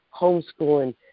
homeschooling